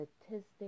statistics